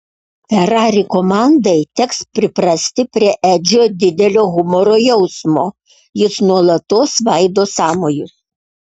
ferrari komandai teks priprasti prie edžio didelio humoro jausmo jis nuolatos svaido sąmojus